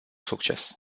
succes